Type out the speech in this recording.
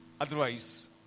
otherwise